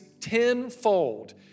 tenfold